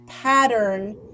pattern